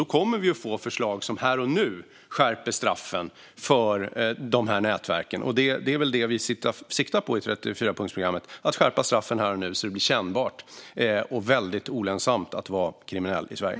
Där kommer vi alltså att få förslag som här och nu skärper straffen för de här nätverken, och det är väl det vi siktar på i 34-punktsprogrammet - att skärpa straffen här och nu, så att det blir kännbart och väldigt olönsamt att vara kriminell i Sverige.